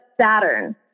Saturn